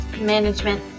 Management